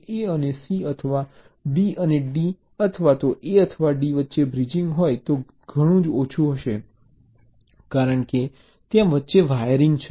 A અને C અથવા B અને D અથવા A અથવા D વચ્ચે બ્રિજિંગ હોય તો ઘણું ઓછું હશે કારણ કે ત્યાં વચ્ચે વાયરિંગ છે